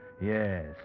Yes